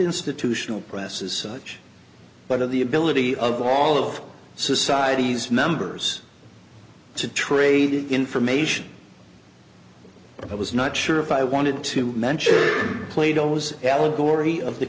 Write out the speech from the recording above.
institutional press as such but of the ability of all of society's members to trade information i was not sure if i wanted to mention plato's allegory of the